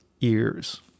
ears